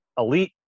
Elite